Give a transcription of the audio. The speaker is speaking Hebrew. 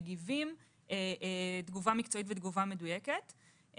מגיבים תגובה מקצועית ותגובה מדויקת.